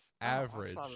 Average